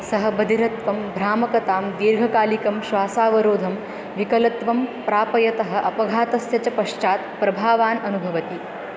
सः बधिरत्वं भ्रामकतां दीर्घकालिकं श्वासावरोधं विकलत्वं प्रापयतः अपघातस्य च पश्चात् प्रभावान् अनुभवति